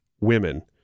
women